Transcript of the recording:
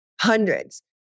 Hundreds